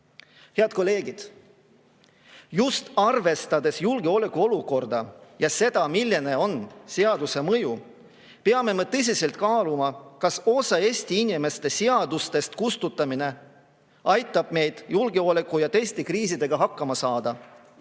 kolleegid! Just arvestades julgeolekuolukorda ja seda, milline on seaduse mõju, peame tõsiselt kaaluma, kas osa Eesti inimeste seadustest kustutamine aitab meil julgeoleku‑ ja teiste kriisidega hakkama saada.